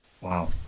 Wow